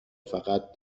فقط